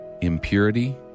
impurity